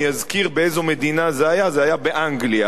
אני אזכיר באיזו מדינה זה היה: זה היה באנגליה.